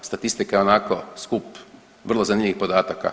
Statistika je onako skup vrlo zanimljivih podataka.